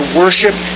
worship